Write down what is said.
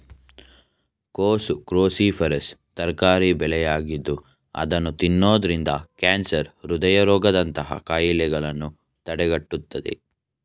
ಕೋಸು ಕ್ರೋಸಿಫೆರಸ್ ತರಕಾರಿ ಬೆಳೆಯಾಗಿದ್ದು ಅದನ್ನು ತಿನ್ನೋದ್ರಿಂದ ಕ್ಯಾನ್ಸರ್, ಹೃದಯ ರೋಗದಂತಹ ಕಾಯಿಲೆಗಳನ್ನು ತಡೆಗಟ್ಟುತ್ತದೆ